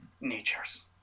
natures